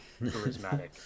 charismatic